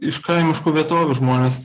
iš kaimiškų vietovių žmonės